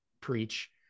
preach